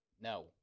No